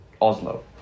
Oslo